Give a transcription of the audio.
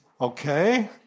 okay